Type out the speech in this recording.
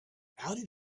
outed